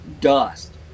dust